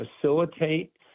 facilitate